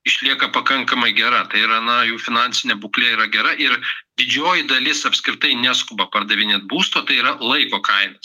išlieka pakankamai gera tai yra na jų finansinė būklė yra gera ir didžioji dalis apskritai neskuba pardavinėt būsto tai yra laiko kainos